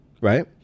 right